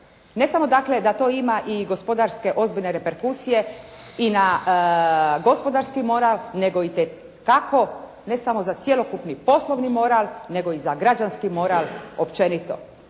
ne samo dakle da to ima i gospodarske ozbiljne reperkusije i na gospodarski moral, nego itekako ne samo za cjelokupni poslovni moral, nego i za građanski moral općenito.